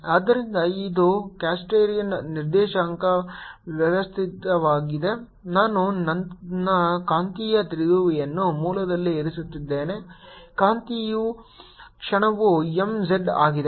ಆದ್ದರಿಂದ ಇದು ಕಾರ್ಟಿಸಿಯನ್ ನಿರ್ದೇಶಾಂಕ ವ್ಯವಸ್ಥೆಯಾಗಿದೆ ನಾನು ನನ್ನ ಕಾಂತೀಯ ದ್ವಿಧ್ರುವಿಯನ್ನು ಮೂಲದಲ್ಲಿ ಇರಿಸುತ್ತಿದ್ದೇನೆ ಕಾಂತೀಯ ಕ್ಷಣವು m z ಆಗಿದೆ